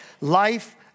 life